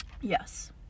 Yes